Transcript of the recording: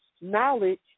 knowledge